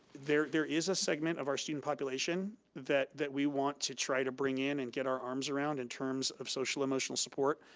there there is a segment of our student population, that that we want to try to bring in and get our arms around in terms of social, emotional support,